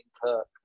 Cook